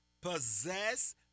possess